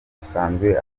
asanzwe